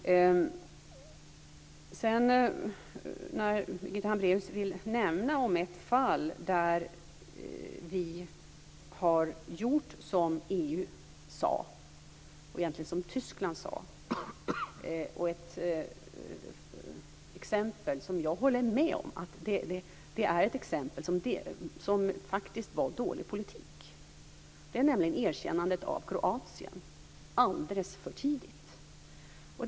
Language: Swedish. När Birgitta Hambraeus vill nämna ett fall där vi har gjort som EU sade - och egentligen som Tyskland sade - tar hon upp ett exempel som jag håller med om faktiskt var dålig politik. Det gäller erkännandet av Kroatien. Det kom alldeles för tidigt.